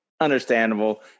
Understandable